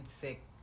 sick